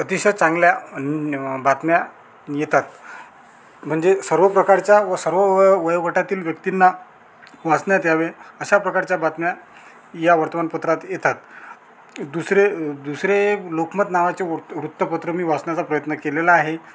अतिशय चांगल्या बातम्या येतात म्हणजे सर्व प्रकारच्या व सर्व वयो वयोगटाततील व्यक्तींना वाचण्यात यावे अशा प्रकारच्या बातम्या या वर्तमानपत्रात येतात दुसरे दुसरे लोकमत नावाचे वृत्त वृत्तपत्र मी वाचण्याचा प्रयत्न केलेला आहे